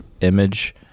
image